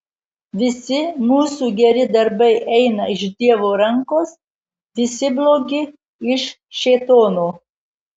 visi mūsų geri darbai eina iš dievo rankos visi blogi iš šėtono